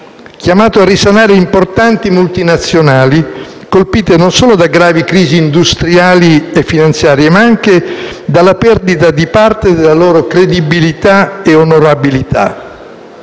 chiamato a risanare importanti multinazionali colpite non solo da gravi crisi industriali e finanziarie, ma anche dalla perdita di parte della loro credibilità e onorabilità.